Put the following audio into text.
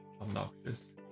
obnoxious